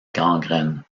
gangrène